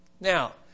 Now